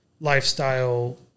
lifestyle